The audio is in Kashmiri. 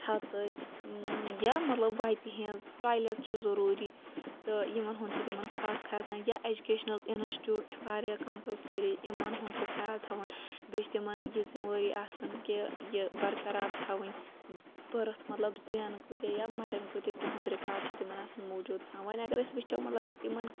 چھَتِچ یا مَطلَب وَتہِ ہِنٛز ٹایلیٚٹ چھُ ضروٗری تہٕ یِمَن ہُنٛد چھُ تِمَن خاص خَیال تھاوُن یا ایٚجکیشنَل اِنَسٹیوٹ چھ واریاہ کَمپَلسری یِمَن ہُنٛد چھُ خَیال تھاوُن بیٚیہِ چھِ تِمَن یہِ ذمہ وٲری آسان کہِ یہِ برقرار تھاوٕنۍ بٔرتھ مَطلَب زیٚن کۭتیاہ یا مَرن کۭتیاہ تہُنٛد رِکاڈ چھُ تِمَن آسان موٗجوٗد تھاوُن وۄنۍ اگر أسۍ وٕچھو مَطلَب تِمَن